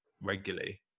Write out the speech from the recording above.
regularly